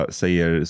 säger